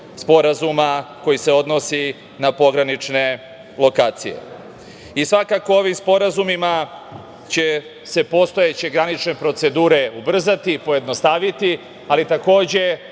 sporazuma koji se odnosi na pogranične lokacije. Svakako je da će se ovim sporazumima postojeće granične procedure ubrzati, pojednostaviti, ali takođe